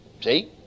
See